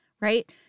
right